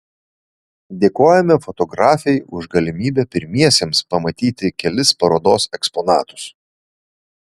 dėkojame fotografei už galimybę pirmiesiems pamatyti kelis parodos eksponatus